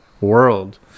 world